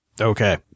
Okay